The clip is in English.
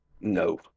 No